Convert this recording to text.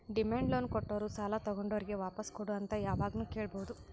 demand loan ಕೊಟ್ಟೋರು ಸಾಲ ತಗೊಂಡೋರಿಗ್ ವಾಪಾಸ್ ಕೊಡು ಅಂತ್ ಯಾವಾಗ್ನು ಕೇಳ್ಬಹುದ್